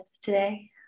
today